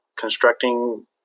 constructing